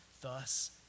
thus